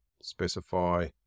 specify